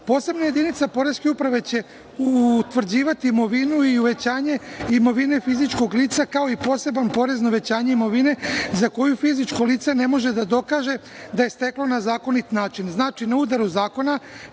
zakona. Posebna jedinica Poreske uprave će utvrđivati imovinu i uvećanje imovine fizičkog lica, kao i poseban porez na uvećanje imovine za koju fizičko lice ne može da dokaže da je steklo na zakonit način. Znači, na udaru zakona